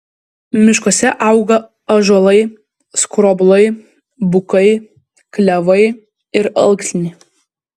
miškuose auga ąžuolai skroblai bukai klevai ir alksniai